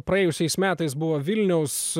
praėjusiais metais buvo vilniaus